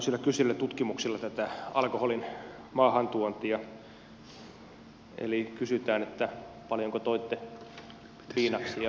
tätä alkoholin maahantuontiahan seurataan tämmöisillä kyselytutkimuksilla eli kysytään paljonko toitte viinaksia